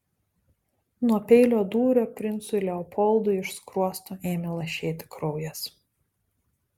nuo peilio dūrio princui leopoldui iš skruosto ėmė lašėti kraujas